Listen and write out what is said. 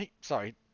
sorry